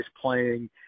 playing –